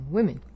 Women